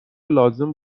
لازم